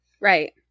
right